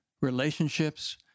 relationships